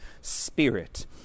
spirit